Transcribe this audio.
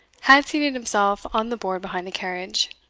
had seated himself on the board behind the carriage,